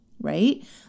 right